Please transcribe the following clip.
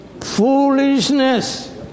Foolishness